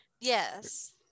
Yes